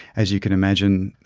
as you could imagine,